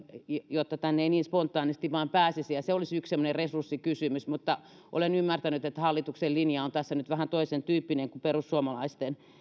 eikä tänne niin spontaanisti vaan pääsisi se olisi yksi semmoinen resurssikysymys mutta olen ymmärtänyt että hallituksen linja on tässä nyt vähän toisentyyppinen kuin perussuomalaisten